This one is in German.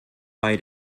bei